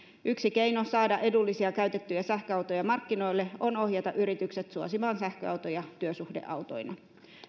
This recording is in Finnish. yksi keino saada edullisia käytettyjä sähköautoja markkinoille on ohjata yritykset suosimaan sähköautoja työsuhdeautoina